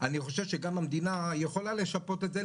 אני חושב שגם המדינה יכולה לשפות את זה.